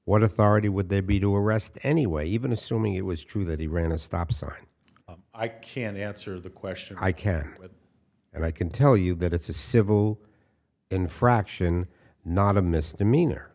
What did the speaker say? what authority would there be to arrest anyway even assuming it was true that he ran a stop sign i can't answer the question i can and i can tell you that it's a civil infraction not a misdemeanor